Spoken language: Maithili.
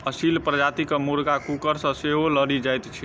असील प्रजातिक मुर्गा कुकुर सॅ सेहो लड़ि जाइत छै